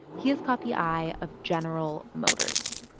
he has caught the eye of general motors.